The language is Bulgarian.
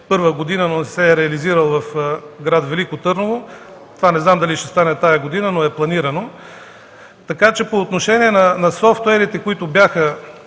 2001 г., но не се е реализирал в град Велико Търново. Това не знам дали ще стане тази година, но е планирано. Така че по отношение на софтуерите, които бяха